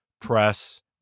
press